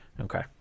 Okay